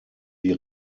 die